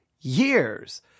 years